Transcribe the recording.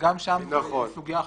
וגם שם זו סוגיה אחרת,